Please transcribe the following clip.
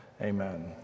amen